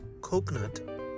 Coconut